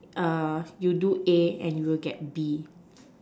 you do A and you'll get B